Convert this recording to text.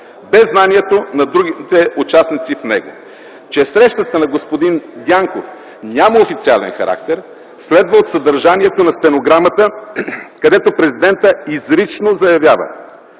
без знанието на другите участници в него – че срещата на господин Дянков няма официален характер следва от съдържанието на стенограмата, където президентът изрично заявява,